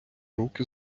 руки